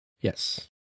yes